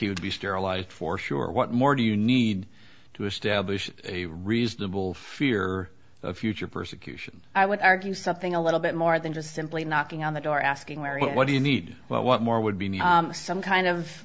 would be sterilized for sure what more do you need to establish a reasonable fear of future persecution i would argue something a little bit more than just simply knocking on the door asking where what do you need what more would be some kind of